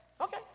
Okay